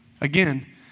Again